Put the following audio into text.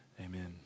Amen